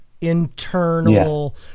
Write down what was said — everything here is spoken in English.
internal